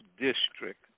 District